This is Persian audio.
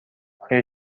آیا